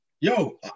Yo